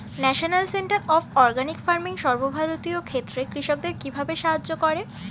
National centre of organic farming সর্বভারতীয় ক্ষেত্রে কৃষকদের কিভাবে সাহায্য করে?